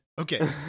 Okay